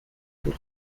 طول